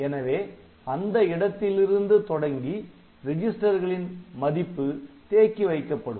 எனவே அந்த இடத்திலிருந்து தொடங்கி ரிஜிஸ்டர்களின் மதிப்பு தேக்கி வைக்கப்படும்